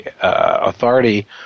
authority